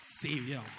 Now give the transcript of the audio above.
Savior